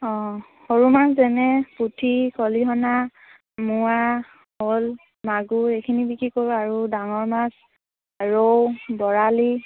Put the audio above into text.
অঁ সৰু মাছ যেনে পুঠি খলিহনা মোৱা শ'ল মাগুৰ এইখিনি বিক্ৰী কৰোঁ আৰু ডাঙৰ মাছ ৰৌ বৰালি